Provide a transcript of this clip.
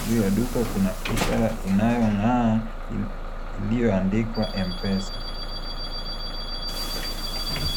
Juu ya duka kuna ishara inayong'aa iliyoandikwa M-pesa.